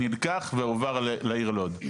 נלקח והועבר לעיר לוד.